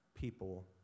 people